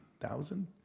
thousand